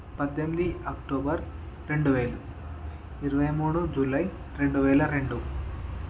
పద్దెనిమిది అక్టోబర్ రెండు వేలు ఇరవై మూడు జూలై రెండు వేల రెండు